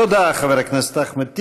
תודה, חבר הכנסת אחמד טיבי.